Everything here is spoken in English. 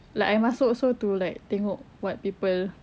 like I masuk also to tengok what people